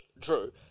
True